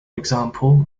example